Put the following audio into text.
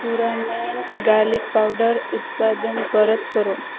પુરામેટ garlic powder ઉત્પાદન પરત કરો